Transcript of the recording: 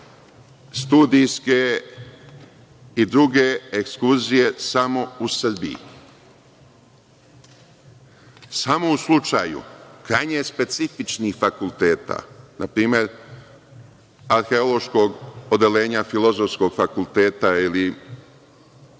studijske i druge ekskurzije samo u Srbiji. Samo u slučaju krajnje specifičnih fakulteta, na primer Arheološkog odeljenja Filozofskog fakulteta ili